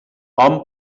hom